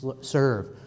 serve